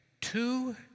Two